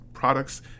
products